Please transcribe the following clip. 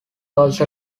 also